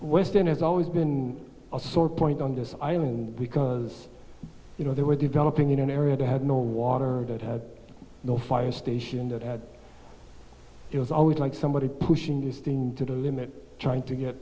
has always been a sore point on this island because you know there were developing in an area that had no water that had no fire station that had it was always like somebody pushing this thing to the limit trying to get